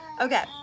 Okay